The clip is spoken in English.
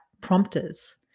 prompters